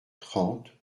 trente